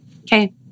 okay